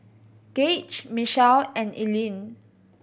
Gauge Michele and Eileen